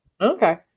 okay